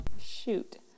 Shoot